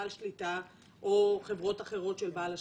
בעל שליטה או חברות אחרות של בעל השליטה.